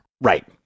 Right